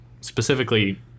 specifically